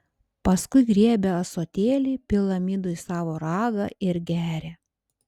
paskui griebia ąsotėlį pila midų į savo ragą ir geria